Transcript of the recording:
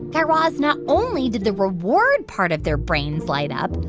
guy raz, not only did the reward part of their brains light up,